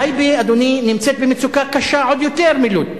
טייבה, אדוני, נמצאת במצוקה קשה, עוד יותר מלוד.